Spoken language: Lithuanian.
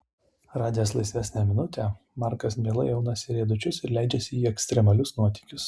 radęs laisvesnę minutę markas mielai aunasi riedučius ir leidžiasi į ekstremalius nuotykius